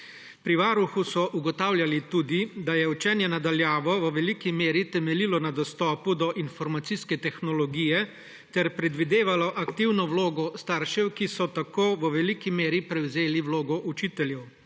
Pri Varuhu so ugotavljali tudi, da je učenje na daljavo v veliki meri temeljilo na dostopu do informacijske tehnologije ter predvidevalo aktivno vlogo staršev, ki so tako v veliki meri prevzeli vlogo učiteljev.